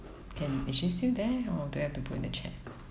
can is she still there or do I have to put in the chat